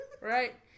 Right